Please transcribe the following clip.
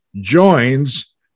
joins